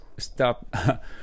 stop